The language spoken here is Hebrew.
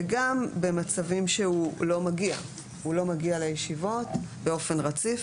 וגם במצבים שהוא לא מגיע לישיבות באופן רציף,